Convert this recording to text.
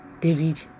David